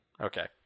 okay